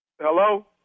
Hello